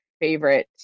favorite